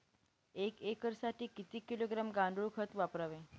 एक एकरसाठी किती किलोग्रॅम गांडूळ खत वापरावे?